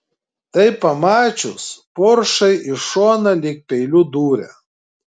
tai pamačius poršai į šoną lyg peiliu dūrė